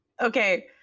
okay